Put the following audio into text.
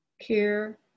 care